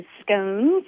scones